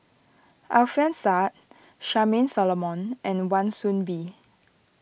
Alfian Sa'At Charmaine Solomon and Wan Soon Bee